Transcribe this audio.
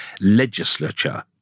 legislature